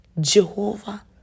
Jehovah